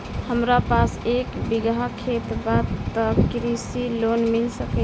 हमरा पास एक बिगहा खेत बा त कृषि लोन मिल सकेला?